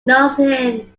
nothing